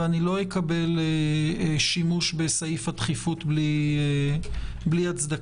אני לא אקבל שימוש בסעיף הדחיפות בלי הצדקה.